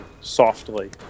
softly